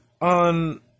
on